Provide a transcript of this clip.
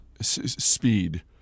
speed